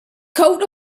coat